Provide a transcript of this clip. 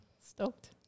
Stoked